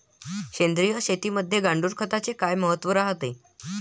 सेंद्रिय शेतीमंदी गांडूळखताले काय महत्त्व रायते?